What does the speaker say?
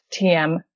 TM